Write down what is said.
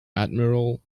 admiral